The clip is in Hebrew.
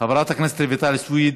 חברת הכנסת רויטל סויד,